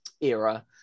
era